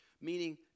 meaning